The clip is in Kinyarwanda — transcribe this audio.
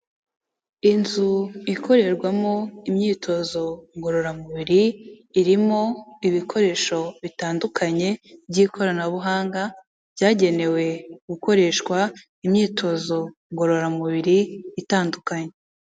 Inzu ikorerwamo imyitozo ngororamubiri, irimo ibikoresho bitandukanye by'ikoranabuhanga byagenewe gukoreshwa imyitozo ngororamubiri itandukanye.